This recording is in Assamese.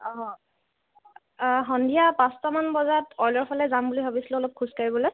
অঁ সন্ধিয়া পাঁচটামান বজাত অলপ অইলৰ ফালে যাম বুলি ভাবিছিলোঁ খোজ কাঢ়িবলৈ